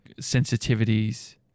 sensitivities